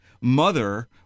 Mother